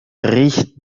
riecht